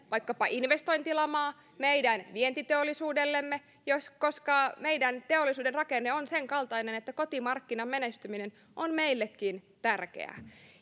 vaikkapa investointilamaa meidän vientiteollisuudellemme koska meidän teollisuuden rakenne on sen kaltainen että kotimarkkinan menestyminen on meillekin tärkeää